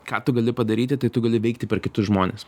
ką tu gali padaryti tai tu gali veikti per kitus žmones